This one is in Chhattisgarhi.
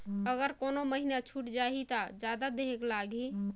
अगर कोनो महीना छुटे जाही तो जादा देहेक लगही?